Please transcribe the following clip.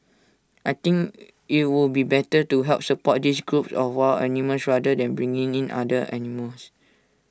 I think IT would be better to help support these groups of wild animals rather than bring in other animals